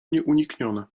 nieuniknione